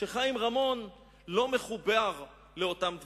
שחיים רמון לא מחובר לאותם דברים.